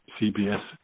CBS